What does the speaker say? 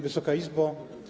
Wysoka Izbo!